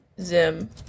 Zim